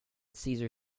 cesar